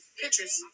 Pictures